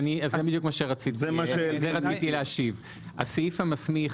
הסעיף המסמיך,